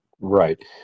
Right